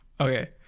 Okay